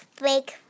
Break